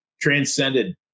transcended